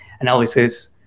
analysis